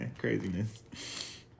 craziness